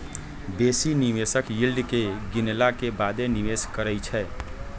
बेशी निवेशक यील्ड के गिनला के बादे निवेश करइ छै